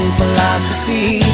philosophy